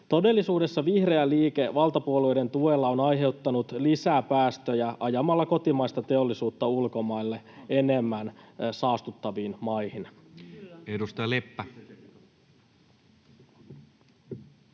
Todellisuudessa vihreä liike valtapuolueiden tuella on aiheuttanut lisää päästöjä ajamalla kotimaista teollisuutta ulkomaille enemmän saastuttaviin maihin.